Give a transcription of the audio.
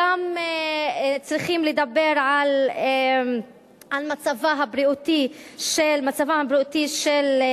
צריכים לדבר גם על מצבן הבריאותי של הנשים,